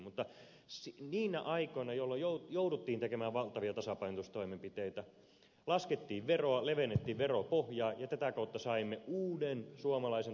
mutta niinä aikoina jolloin jouduttiin tekemään valtavia tasapainotustoimenpiteitä laskettiin veroa levennettiin veropohjaa ja tätä kautta saimme uuden suomalaisen talouskasvun aikaiseksi